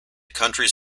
countries